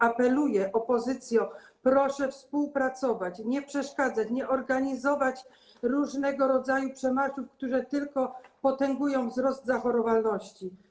Apeluję: opozycjo, proszę współpracować, nie przeszkadzać, nie organizować różnego rodzaju przemarszów, które tylko potęgują wzrost zachorowalności.